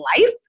life